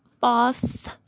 Boss